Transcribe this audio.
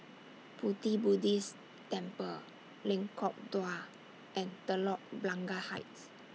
Pu Ti Buddhist Temple Lengkok Dua and Telok Blangah Heights